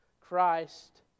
Christ